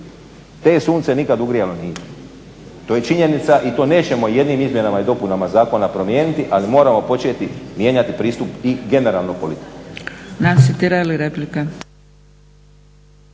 te sunce nikad ugrijalo nije, to je činjenica i to nećemo jednim izmjenama i dopunama zakona promijeniti ali moramo početi mijenjati pristup i generalnu politiku.